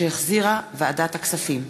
שהחזירה ועדת הכספים.